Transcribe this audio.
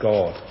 God